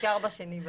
אפשר ב-2 באפריל.